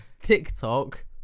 TikTok